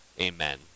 Amen